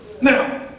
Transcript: Now